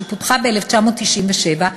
שפותחה ב-1997,